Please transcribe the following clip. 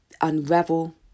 unravel